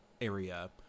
area